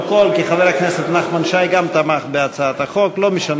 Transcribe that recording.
קודם, כפי שאתם רואים גם, החוק עבר.